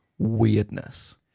weirdness